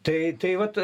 tai tai vat